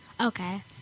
Okay